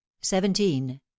seventeen